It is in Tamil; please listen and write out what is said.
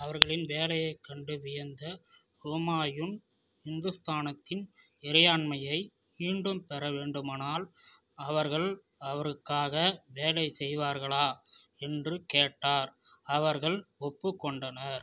அவர்களின் வேலையைக் கண்டு வியந்த ஹுமாயூன் இந்துஸ்தானத்தின் இறையாண்மையை மீண்டும் பெற வேண்டுமானால் அவர்கள் அவருக்காக வேலை செய்வார்களா என்று கேட்டார் அவர்கள் ஒப்புக்கொண்டனர்